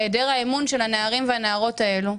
היעדר האמון של הנערים והנערות האלה,